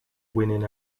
winning